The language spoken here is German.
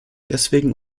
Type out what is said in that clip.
deswegen